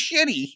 shitty